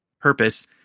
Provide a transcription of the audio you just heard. purpose